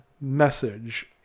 message